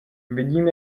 vidím